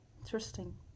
interesting